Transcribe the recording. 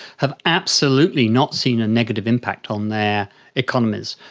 have absolutely not seen a negative impact on their economies,